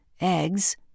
Eggs